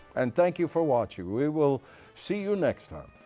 and thank you for watching. we will see you next time.